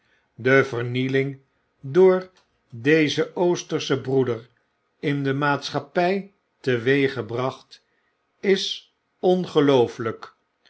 de vernieling door dezen oosterschen boeder in de maatschappy teweeggebracht is ongeloofelyk